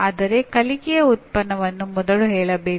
ಆದರೆ ಕಲಿಕೆಯ ಉತ್ಪನ್ನವನ್ನು ಮೊದಲು ಹೇಳಬೇಕು